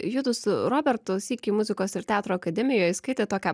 judu su robertu sykį muzikos ir teatro akademijoj skaitėt tokią